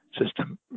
system